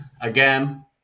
again